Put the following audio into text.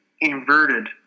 inverted